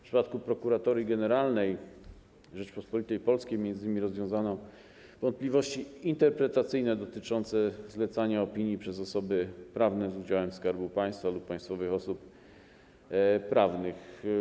W przypadku Prokuratorii Generalnej Rzeczypospolitej Polskiej m.in. rozwiązano wątpliwości interpretacyjne dotyczące zlecania opinii przez osoby prawne z udziałem Skarbu Państwa lub państwowych osób prawnych.